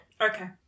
Okay